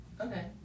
Okay